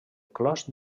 clos